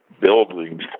buildings